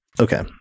Okay